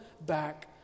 back